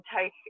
take